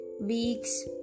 weeks